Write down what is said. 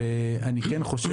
ואני מצטט